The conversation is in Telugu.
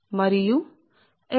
మరియు దూరం x చుట్టుకొలత 2 𝛑 x